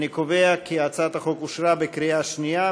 אני קובע כי הצעת החוק אושרה בקריאה שנייה.